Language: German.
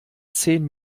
zehn